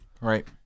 Right